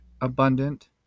abundant